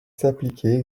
s’appliquer